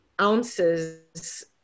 ounces